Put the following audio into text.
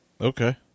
Okay